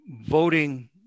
voting